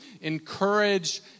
encourage